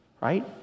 right